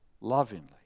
lovingly